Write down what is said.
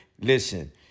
Listen